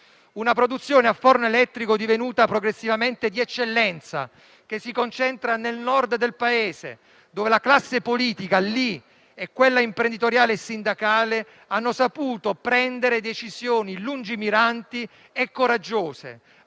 La produzione a forno elettrico, divenuta progressivamente di eccellenza, si concentra nel Nord del Paese, dove la classe politica e quella imprenditoriale e sindacale hanno saputo prendere decisioni lungimiranti e coraggiose